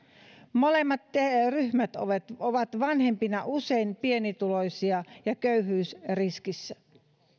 molemmat ryhmät ovat ovat vanhempina usein pienituloisia ja köyhyysriskissä